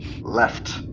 Left